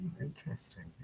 Interesting